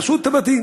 הרסו את הבתים,